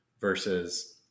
versus